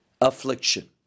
affliction